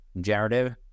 generative